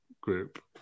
group